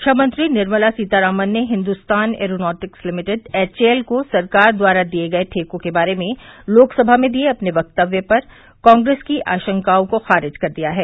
रक्षामंत्री निर्मला सीतारमण ने Hindustan aeronautics limited HAL को सरकार द्वारा दिए गए ठेकों के बारे में लोकसभा में दिए अपने वक्तव्य पर कांग्रेस की आशंकाओं को खारिज कर दिया है